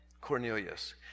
Cornelius